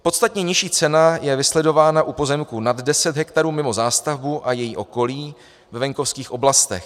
Podstatně nižší cena je vysledována u pozemků nad 10 hektarů mimo zástavbu a její okolí ve venkovských oblastech.